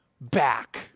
back